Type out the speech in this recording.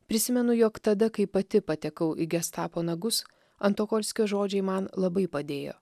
prisimenu jog tada kai pati patekau į gestapo nagus antokolskio žodžiai man labai padėjo